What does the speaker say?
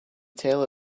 tell